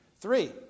Three